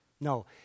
No